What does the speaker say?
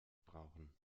brauchen